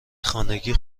خانگی